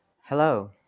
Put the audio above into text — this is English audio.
Hello